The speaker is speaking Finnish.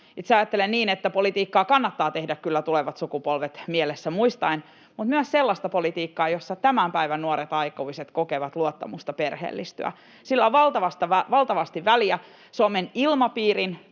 itse ajattelen niin, että politiikkaa kannattaa tehdä kyllä tulevat sukupolvet mielessä mutta myös sellaista politiikkaa, jossa tämän päivän nuoret aikuiset kokevat luottamusta perheellistyä. [Jukka Gustafsson: Juuri näin!] Sillä on valtavasti väliä Suomen ilmapiirin,